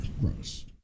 Gross